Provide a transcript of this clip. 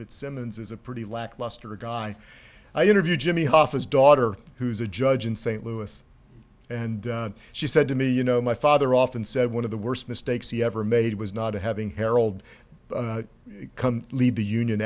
fitzsimmons is a pretty lackluster guy i interviewed jimmy hoffa's daughter who's a judge in st louis and she said to me you know my father often said one of the worst mistakes he ever made was not having harold come leave the union